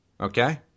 okay